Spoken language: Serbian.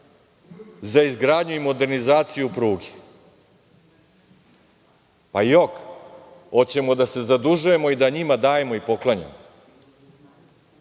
za izgradnju i modernizaciju pruge. Pa jok, hoćemo da se zadužujemo i da njima dajemo i poklanjamo,